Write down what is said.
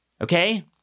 Okay